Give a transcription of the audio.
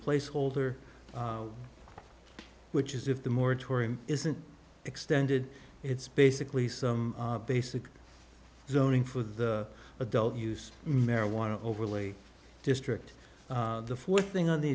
placeholder which is if the moratorium isn't extended it's basically some basic zoning for the adult use marijuana overlay district the fourth thing on the